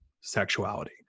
sexuality